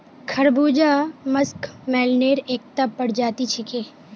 खरबूजा मस्कमेलनेर एकता प्रजाति छिके